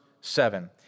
seven